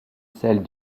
celle